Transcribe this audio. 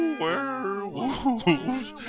werewolves